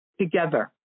together